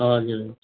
हजुर